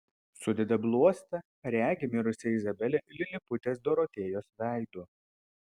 sudeda bluostą regi mirusią izabelę liliputės dorotėjos veidu